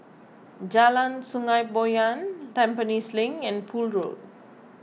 Jalan Sungei Poyan Tampines Link and Poole Road